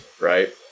right